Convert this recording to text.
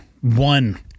one